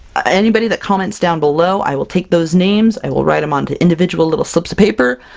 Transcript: anybody that comments down below, i will take those names, i will write them onto individual little slips of paper.